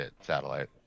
satellite